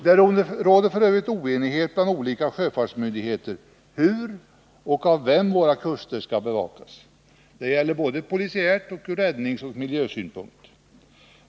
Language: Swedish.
Det råder f. ö. oenighet bland olika sjöfartsmyndigheter hur och av vem våra kuster skall bevakas. Det gäller både polisiärt och ur räddningsoch miljösynpunkt.